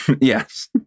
Yes